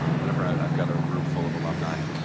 um whenever i've got a room full of alumni